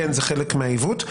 כן זה חלק מהעיוות.